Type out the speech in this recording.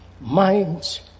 minds